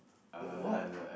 uh what